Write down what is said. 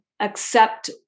accept